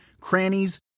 crannies